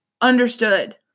Understood